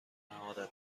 مهارتهای